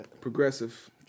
progressive